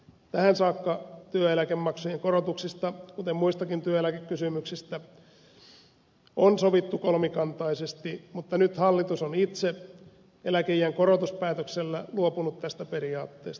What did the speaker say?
tähän saakka työeläkemaksujen korotuksista kuten muistakin työeläkekysymyksistä on sovittu kolmikantaisesti mutta nyt hallitus on itse eläkeiän korotuspäätöksellä luopunut tästä periaatteesta